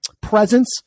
presence